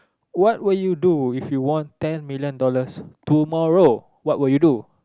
what will you do if you want ten million dollars tomorrow what will you do